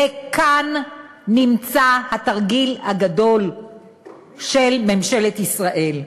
וכאן נמצא התרגיל הגדול של ממשלת ישראל.